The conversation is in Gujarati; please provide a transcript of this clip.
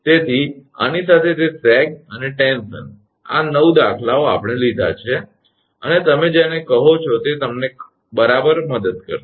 તેથી આની સાથે તે સેગ અને ટેન્શન આ 9 દાખલાઓ આપણે લીધાં છે અને તમે જેને આ કહો છો તે તમને બરાબર મદદ કરશે